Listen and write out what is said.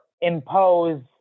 impose